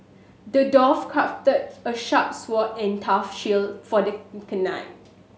the dwarf crafted a sharp sword and tough shield for the knight